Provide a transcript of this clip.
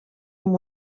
amb